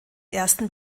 ersten